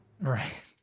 Right